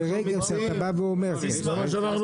וברגע שאתה בא ואומר -- זה מה שאנחנו רוצים.